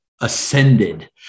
ascended